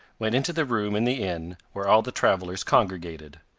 went into the room in the inn where all the travelers congregated.